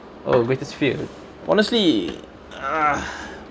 oh greatest fear honestly uh